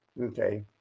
Okay